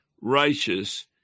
righteous